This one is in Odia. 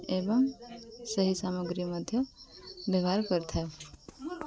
ଏବଂ ସେହି ସାମଗ୍ରୀ ମଧ୍ୟ ବ୍ୟବହାର କରିଥାଉ